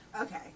Okay